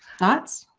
thoughts?